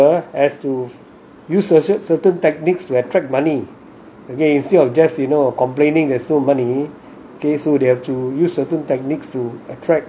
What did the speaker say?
ah so the poor the poor has to use certain techniques to attract money okay instead of just complaining there is no money okay so they have to use certain techniques to attract